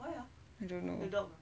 I don't know